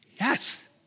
Yes